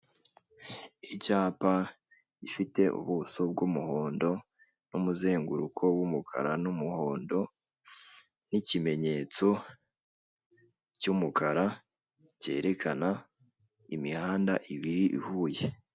Icyapa gifite ubuso bw'umuhondo, n'umuzenguruko w'umuka n'umuhondo n'ikimenyetso cy'umukara cyerekana imihanda ibiri ihuye.